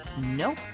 nope